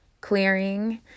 clearing